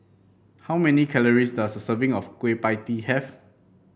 how many calories does a serving of Kueh Pie Tee have